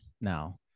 Now